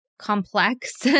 complex